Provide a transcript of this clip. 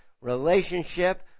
relationship